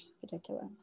particular